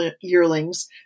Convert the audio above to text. yearlings